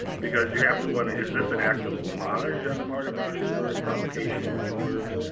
because you have to wonder, is this an act of homage on the part of rauschenberg? provocation? humor?